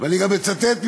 ואני גם אצטט ממכתב,